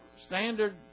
standard